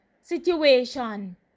situation